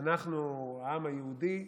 העם היהודי,